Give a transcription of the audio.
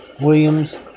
Williams